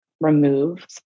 remove